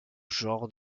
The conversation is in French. genre